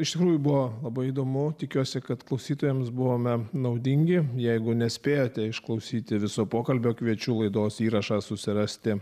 iš tikrųjų buvo labai įdomu tikiuosi kad klausytojams buvome naudingi jeigu nespėjote išklausyti viso pokalbio kviečiu laidos įrašą susirasti